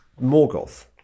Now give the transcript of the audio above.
Morgoth